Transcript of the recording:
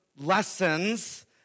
Lessons